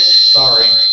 sorry.